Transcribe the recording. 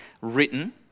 written